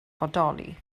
bodoli